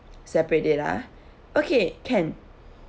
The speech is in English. separate it ah okay can